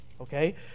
Okay